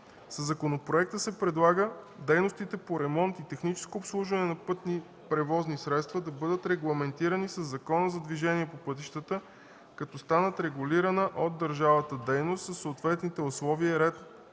законопроекта се предлага дейностите по ремонт и техническо обслужване на пътни превозни средства да бъдат регламентирани със Закона за движение по пътищата, като станат регулирана от държавата дейност, със съответните условия и ред